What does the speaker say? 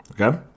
Okay